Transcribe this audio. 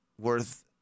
Worth